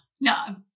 No